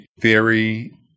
theory